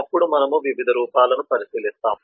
అప్పుడు మనము వివిధ రూపాలను పరిశీలిస్తాము